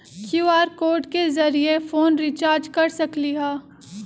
QR code के जरिय phone recharge कर सकली ह?